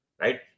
right